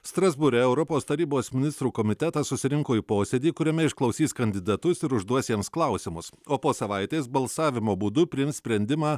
strasbūre europos tarybos ministrų komitetas susirinko į posėdį kuriame išklausys kandidatus ir užduos jiems klausimus o po savaitės balsavimo būdu priims sprendimą